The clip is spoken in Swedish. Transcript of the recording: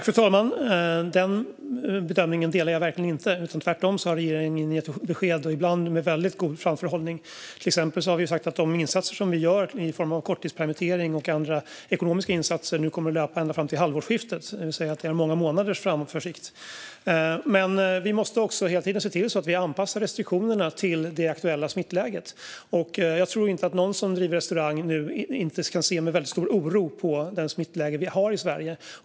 Fru talman! Jag delar verkligen inte den bedömningen. Regeringen har tvärtom gett besked med framförhållning, och ofta väldigt god sådan. Exempelvis har vi sagt att de insatser som vi gör i form av korttidspermittering och andra ekonomiska stöd kommer att löpa ända fram till halvårsskiftet, vilket är många månaders framförhållning. Vi måste dock hela tiden se till att anpassa restriktionerna till det aktuella smittläget. Jag tror inte att det finns någon som driver restaurang nu som inte borde se med väldigt stor oro på det smittläge som råder i Sverige.